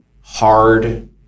hard